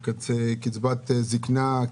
קצבת זקנה,